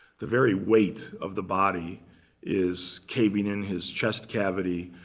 the very weight of the body is caving in his chest cavity.